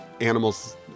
animals